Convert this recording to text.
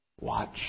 Watch